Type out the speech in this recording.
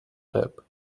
tap